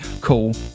cool